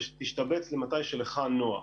תשתבץ מתי שלך נוח.